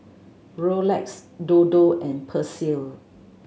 Rolex Dodo and Persil